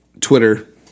Twitter